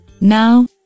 Now